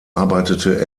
arbeitete